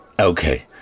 Okay